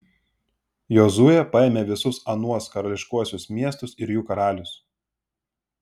jozuė paėmė visus anuos karališkuosius miestus ir jų karalius